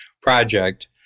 project